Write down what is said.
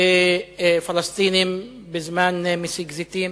בפלסטינים בזמן מסיק זיתים,